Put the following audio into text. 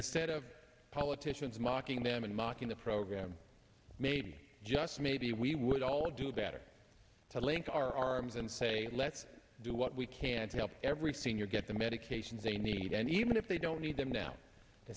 instead of politicians mocking them and mocking the program maybe just maybe we would all do better to link our arms and say let's do what we can to help every senior get the medications they need and even if they don't need them now to